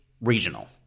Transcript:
regional